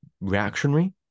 reactionary